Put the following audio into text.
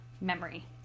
memory